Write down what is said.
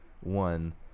one